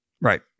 Right